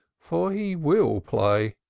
for he will play.